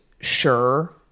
sure